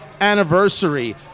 anniversary